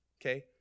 okay